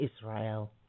Israel